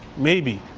maybe.